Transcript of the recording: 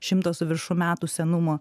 šimto su viršum metų senumo